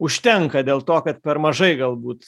užtenka dėl to kad per mažai galbūt